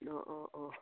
অঁ অঁ অঁ